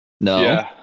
no